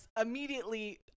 immediately